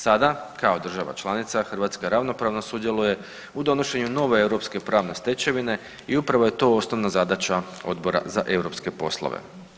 Sada kao država članica Hrvatska ravnopravno sudjeluje u donošenju nove europske pravne stečevine i upravo je to osnovna zadaća Odbora za europske poslove.